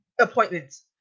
appointments